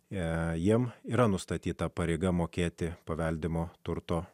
jei jiems yra nustatyta pareiga mokėti paveldimo turto